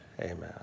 amen